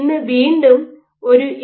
ഇന്ന് വീണ്ടും ഒരു എ